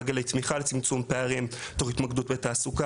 מעגלי תמיכה לצמצום פערים תוך התמקדות בתעסוקה.